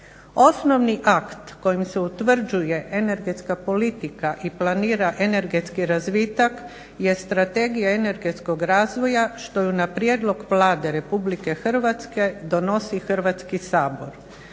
Osnovni akt kojim se utvrđuje energetska politika i planira energetski razvitak je Strategija energetskog razvoja što ju na prijedlog Vlade RH donosi Hrvatski sabor.